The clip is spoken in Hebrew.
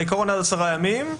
בעיקרון עד עשרה ימים,